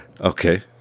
Okay